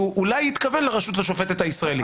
הוא אולי התכוון לרשות השופטת הישראלית.